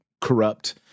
corrupt